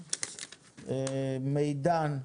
מידן,